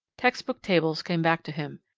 textbook tables came back to him.